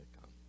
come